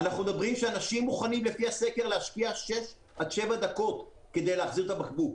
אנשים מוכנים להשקיע שש עד שבע דקות כדי להחזיר את הבקבוק.